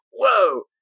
whoa